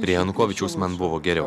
prie janukovyčiaus man buvo geriau